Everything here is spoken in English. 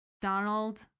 Donald